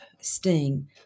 sting